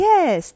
Yes